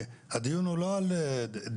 הדיון הוא לא על דירוג.